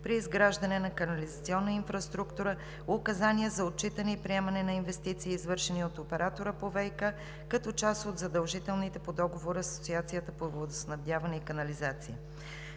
при изграждане на канализационна инфраструктура; Указания за отчитане и приемане на инвестиции, извършени от оператора по ВиК, като част от задължителните по договора с асоциацията по водоснабдяване и канализация.